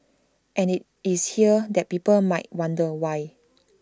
and IT is here that people might wonder why